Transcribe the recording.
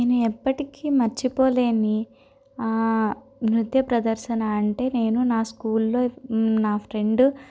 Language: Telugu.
నేను ఎప్పటికి మరచిపోలేని నృత్య ప్రదర్శన అంటే నేను నా స్కూల్ లో నా ఫ్రెండ్